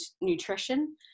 nutrition